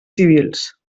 civils